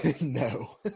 No